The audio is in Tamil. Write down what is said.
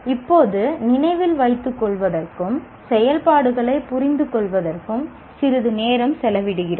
இப்போது நினைவில் வைத்துக் கொள்வதற்கும் செயல்பாடுகளைப் புரிந்துகொள்வதற்கும் சிறிது நேரம் செலவிடுகிறோம்